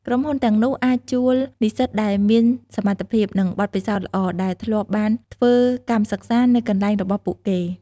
ក្រុមហ៊ុនទាំងនោះអាចជួលនិស្សិតដែលមានសមត្ថភាព និងបទពិសោធន៍ល្អ ដែលធ្លាប់បានធ្វើកម្មសិក្សានៅកន្លែងរបស់ពួកគេ។